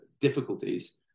difficulties